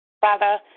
Father